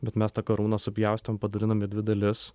bet mes tą karūną supjaustėm padalinom į dvi dalis